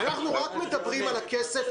אנחנו מדברים רק על הכסף.